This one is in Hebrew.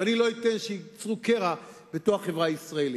ואני לא אתן שייצרו קרע בתוך החברה הישראלית.